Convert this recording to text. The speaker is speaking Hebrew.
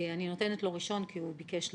אני נותנת לו ראשון כי הוא ביקש לצאת,